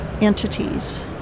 entities